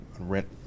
rent